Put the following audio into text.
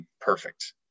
perfect